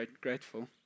grateful